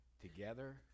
together